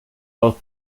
both